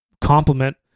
compliment